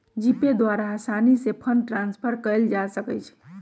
GPay द्वारा असानी से फंड ट्रांसफर कयल जा सकइ छइ